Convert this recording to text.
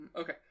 Okay